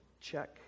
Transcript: Check